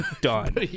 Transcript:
done